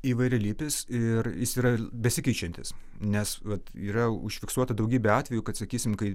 įvairialypis ir jis yra besikeičiantis nes vat yra užfiksuota daugybė atvejų kad sakysim kai